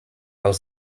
aus